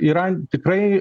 yra tikrai